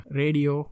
radio